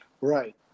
Right